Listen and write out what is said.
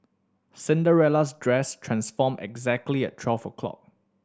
Cinderella's dress transformed exactly at twelve o'clock